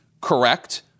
correct